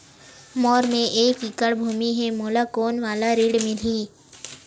मोर मेर एक एकड़ भुमि हे मोला कोन वाला ऋण मिलही?